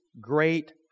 great